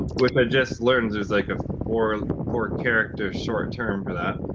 what i just learned is like a four four character short term for that,